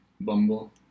Bumble